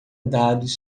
dados